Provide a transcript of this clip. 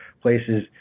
places